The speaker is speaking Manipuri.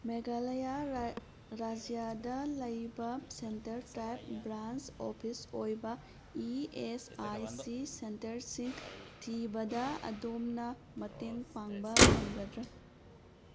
ꯃꯦꯘꯂꯌꯥ ꯔꯖ꯭ꯌꯥꯗ ꯂꯩꯕ ꯁꯦꯟꯇꯔ ꯇꯥꯏꯞ ꯕ꯭ꯔꯥꯟꯁ ꯑꯣꯐꯤꯁ ꯑꯣꯏꯕ ꯏ ꯑꯦꯁ ꯑꯥꯏ ꯁꯤ ꯁꯦꯟꯇꯔꯁꯤꯡ ꯊꯤꯕꯗ ꯑꯗꯣꯝꯅ ꯃꯇꯦꯡ ꯄꯥꯡꯕ ꯉꯝꯒꯗ꯭ꯔꯥ